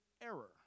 error